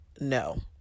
No